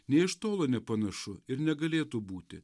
nė iš tolo nepanašu ir negalėtų būti